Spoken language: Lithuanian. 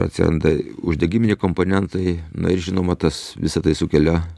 atsiranda uždegiminiai komponentai na ir žinoma tas visa tai sukelia